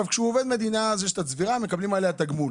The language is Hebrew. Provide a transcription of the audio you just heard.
כשהוא עובד מדינה יש את הצבירה ומקבלים עליה תגמול.